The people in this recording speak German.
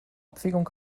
abwägung